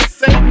say